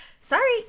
sorry